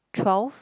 twelve